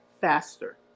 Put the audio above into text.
faster